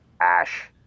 ash